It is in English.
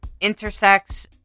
intersex